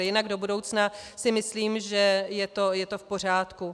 Jinak do budoucna si myslím že je to v pořádku.